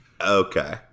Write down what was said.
Okay